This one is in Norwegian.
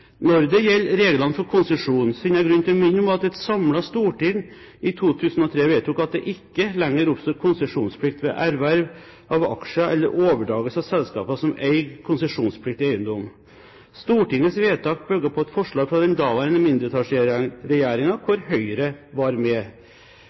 Når det gjelder reglene for konsesjon, finner jeg grunn til å minne om at et samlet storting i 2003 vedtok at det ikke lenger oppstår konsesjonsplikt ved erverv av aksjer eller overdragelse av selskaper som eier konsesjonspliktig eiendom. Stortingets vedtak er bygd på et forslag fra den daværende